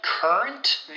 current